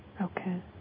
Okay